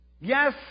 Yes